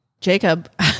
Jacob